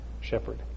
shepherd